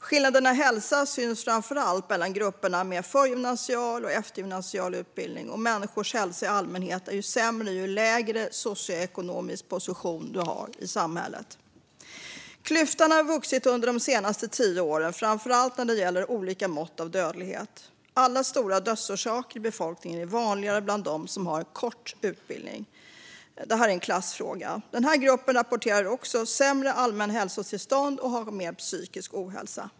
Skillnaderna i hälsa syns framför allt mellan grupperna med förgymnasial och eftergymnasial utbildning. Människors hälsa i allmänhet är sämre ju lägre socioekonomisk position man har i samhället. Klyftan har vuxit under de senaste tio åren, framför allt när det gäller olika mått av dödlighet. Alla stora dödsorsaker i befolkningen är vanligare bland dem som har kort utbildning. Det här är en klassfråga. Denna grupp rapporterar också sämre allmänhälsotillstånd och har mer psykisk ohälsa.